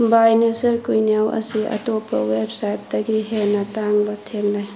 ꯕꯥꯏ Nature quinoa ꯑꯁꯤ ꯑꯇꯣꯞꯄ ꯋꯦꯞꯁꯥꯏꯠꯇꯒꯤ ꯍꯦꯟꯅ ꯇꯥꯡꯕ ꯊꯦꯡꯅꯩ